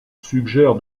suggère